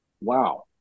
wow